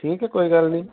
ਠੀਕ ਹੈ ਕੋਈ ਗੱਲ ਨਹੀਂ